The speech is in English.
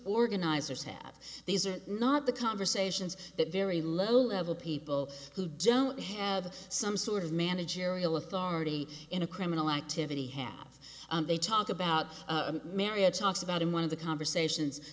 organizers have these are not the conversations that very low level people who don't have some sort of managerial authority in a criminal activity half they talk about marriage talks about in one of the conversations